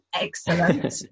Excellent